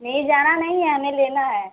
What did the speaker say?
नहीं जाना नहीं है हमें लेना है